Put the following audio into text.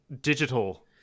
digital